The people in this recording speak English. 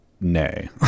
nay